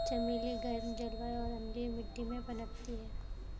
चमेली गर्म जलवायु और अम्लीय मिट्टी में पनपती है